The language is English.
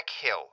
Hill